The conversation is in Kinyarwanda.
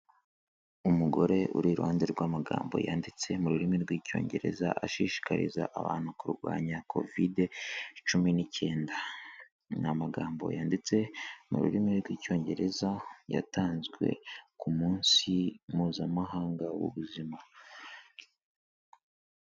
Umugore uri iruhande rw'amagambo yanditse mu rurimi rw'Icyongereza, ashishikariza abantu kurwanya Covid cumi n'icyenda. Ni amagambo yanditse mu rurimi rw'Icyongereza, yatanzwe ku munsi mpuzamahanga w'ubuzima.